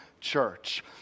church